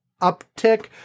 uptick